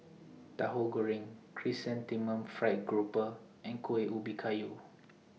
Tahu Goreng Chrysanthemum Fried Grouper and Kuih Ubi Kayu